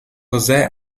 josé